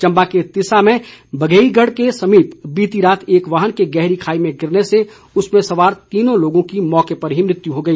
चंबा के तिस्सा में बघेईगढ़ के समीप बीती रात एक वाहन के गहरी खाई में गिरने से उसमें सवार तीनों लोगों की मौके पर ही मृत्यु हो गई